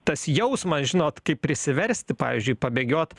tas jausmas žinot kaip prisiversti pavyzdžiui pabėgiot